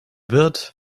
wirt